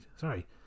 Sorry